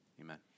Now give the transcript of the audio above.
amen